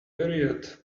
period